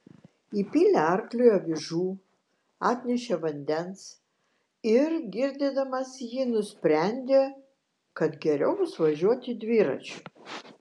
įpylė arkliui avižų atnešė vandens ir girdydamas jį nusprendė kad geriau bus važiuoti dviračiu